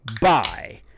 bye